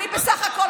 אני בסך הכול,